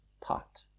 pot